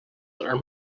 are